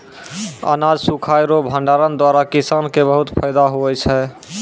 अनाज सुखाय रो भंडारण द्वारा किसान के बहुत फैदा हुवै छै